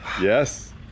Yes